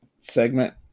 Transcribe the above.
segment